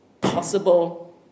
possible